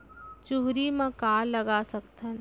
चुहरी म का लगा सकथन?